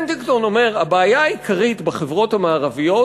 הנטינגטון אומר: הבעיה העיקרית בחברות המערביות